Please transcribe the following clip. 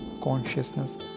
consciousness